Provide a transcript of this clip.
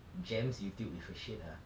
jams YouTube with her shit ah